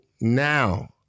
now